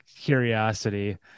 curiosity